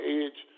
edge